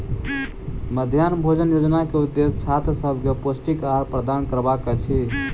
मध्याह्न भोजन योजना के उदेश्य छात्र सभ के पौष्टिक आहार प्रदान करबाक अछि